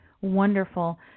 wonderful